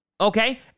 Okay